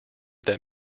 that